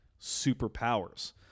superpowers